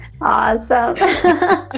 Awesome